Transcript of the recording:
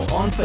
on